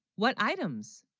what items